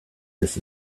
this